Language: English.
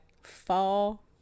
fall